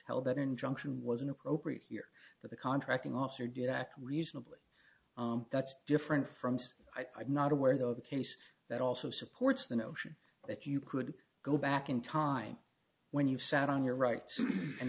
held that injunction was inappropriate here that the contracting officer did act reasonably that's different from say i've not aware though the case that also supports the notion that you could go back in time when you've sat on your rights and